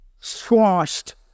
squashed